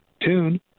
Tune